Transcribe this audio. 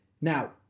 Now